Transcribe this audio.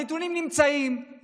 הנתונים נמצאים,